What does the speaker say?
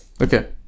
okay